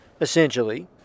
essentially